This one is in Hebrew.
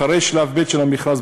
אחרי שלב ב' של המכרז,